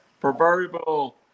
proverbial